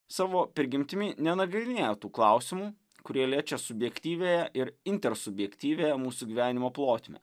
savo prigimtimi nenagrinėja tų klausimų kurie liečia subjektyviąją ir inter subjektyviąją mūsų gyvenimo plotmę